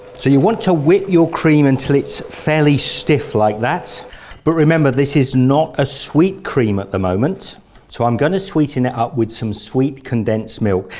so you want to whip your cream until it's fairly stiff like that but remember this is not a sweet cream at the moment so i'm going to sweeten it up with some sweet condensed milk.